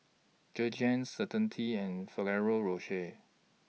Jergens Certainty and Ferrero Rocher